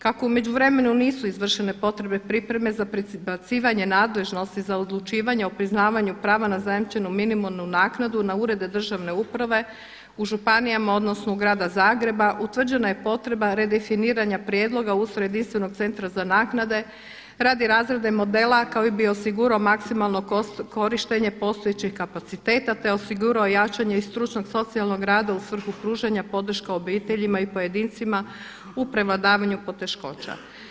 Kako u međuvremenu nisu izvršene potrebne pripreme za prebacivanje nadležnosti za odlučivanje o priznavanju prava na zajamčenu minimalnu naknadu na urede državne uprave u županijama odnosno grada Zagreba utvrđena je potreba redefiniranja prijedloga ustroja jedinstvenog centra za naknade radi razrade modela koji bi osigurao maksimalno korištenje postojećih kapaciteta, te osigurao jačanje i stručnog socijalnog rada u svrhu pružanja podrške obiteljima i pojedincima u prevladavanju poteškoća.